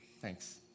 Thanks